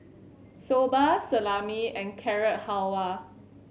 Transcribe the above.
Soba Salami and Carrot Halwa